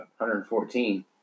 114